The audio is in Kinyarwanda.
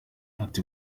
ati